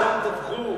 שם, זה טבח.